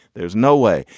there's no way.